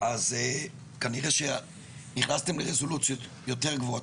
אז כנראה שנכנסתם לרזולוציות יותר גבוהות.